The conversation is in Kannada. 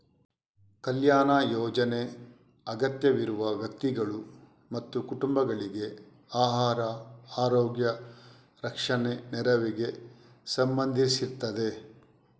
ಕಲ್ಯಾಣ ಯೋಜನೆ ಅಗತ್ಯವಿರುವ ವ್ಯಕ್ತಿಗಳು ಮತ್ತು ಕುಟುಂಬಗಳಿಗೆ ಆಹಾರ, ಆರೋಗ್ಯ, ರಕ್ಷಣೆ ನೆರವಿಗೆ ಸಂಬಂಧಿಸಿರ್ತದೆ